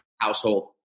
household